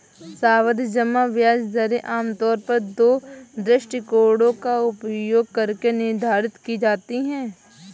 सावधि जमा ब्याज दरें आमतौर पर दो दृष्टिकोणों का उपयोग करके निर्धारित की जाती है